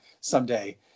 someday